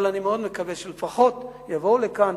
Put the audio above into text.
אבל אני מאוד מקווה שלפחות יבואו לכאן,